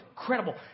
incredible